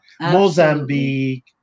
Mozambique